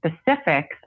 specifics